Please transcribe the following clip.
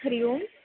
हरिओम्